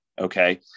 Okay